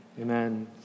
Amen